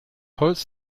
holz